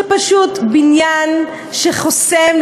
פשוט בניין שחוסם,